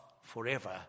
forever